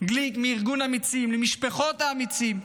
גליק מארגון אמיצים, למשפחות האמיצים,